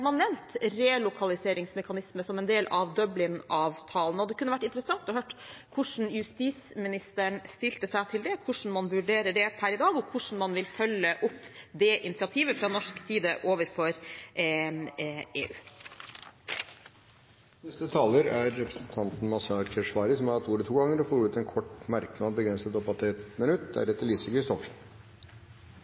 relokaliseringsmekanisme som en del av Dublin-avtalen. Det kunne vært interessant å høre hvordan justisministeren stiller seg til det, hvordan man vurderer det per i dag, og hvordan man vil følge opp det initiativet fra norsk side overfor EU. Representanten Mazyar Keshvari har hatt ordet to ganger tidligere og får ordet til en kort merknad, begrenset til 1 minutt.